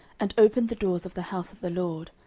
and opened the doors of the house of the lord.